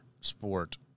sport